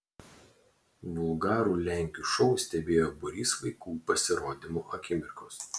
vulgarų lenkių šou stebėjo būrys vaikų pasirodymo akimirkos